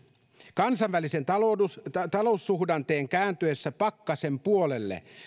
kansainvälisen taloussuhdanteen kääntyessä pakkasen puolelle